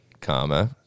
comma